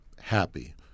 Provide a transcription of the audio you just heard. happy